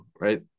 right